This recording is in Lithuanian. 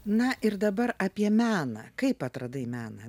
na ir dabar apie meną kaip atradai meną